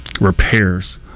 repairs